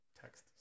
text